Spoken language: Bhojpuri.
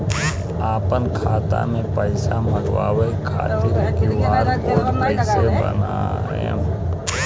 आपन खाता मे पैसा मँगबावे खातिर क्यू.आर कोड कैसे बनाएम?